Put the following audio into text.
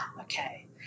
okay